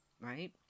right